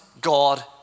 God